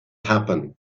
happen